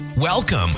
Welcome